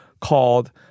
called